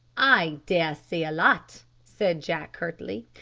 i dare say a lot, said jack curtly.